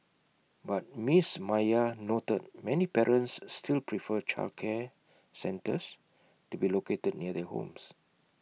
but miss Maya noted many parents still prefer childcare centres to be located near their homes